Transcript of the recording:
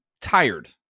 tired